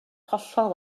hollol